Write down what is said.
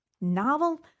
novel